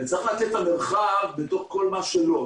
יש לתת את המרחב בכל מה שלא.